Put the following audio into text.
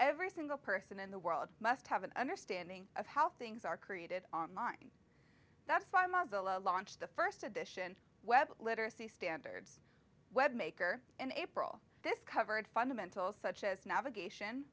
every single person in the world must have an understanding of how things are created online that's why mazel a launched the first edition web literacy standards web maker in april this covered fundamentals such as navigation